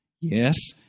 Yes